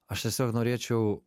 aš tiesiog norėčiau